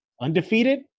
undefeated